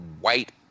white